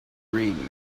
read